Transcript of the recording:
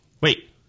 Wait